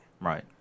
Right